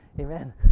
Amen